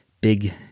big